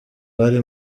bari